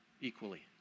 equally